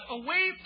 away